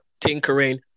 tinkering